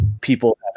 people